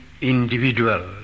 individual